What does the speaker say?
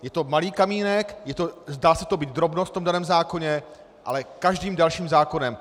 Je to malý kamínek, zdá se to být drobnost v tom daném zákoně, ale každým dalším zákonem.